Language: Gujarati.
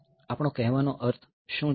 આપણો કહેવાનો અર્થ શું છે